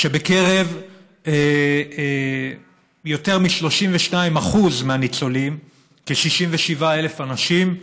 הוא שבקרב יותר מ-32% מהניצולים, כ-67,000 אנשים,